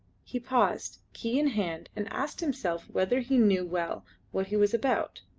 he paused, key in hand, and asked himself whether he knew well what he was about.